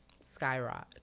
skyrocket